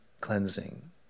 cleansing